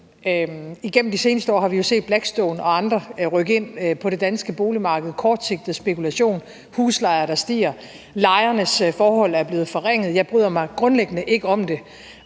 Igennem de seneste år har vi jo set Blackstone og andre rykke ind på det danske boligmarked med kortsigtet spekulation, huslejer, der stiger, og lejernes forhold, der er blevet forringet. Jeg bryder mig grundlæggende ikke om det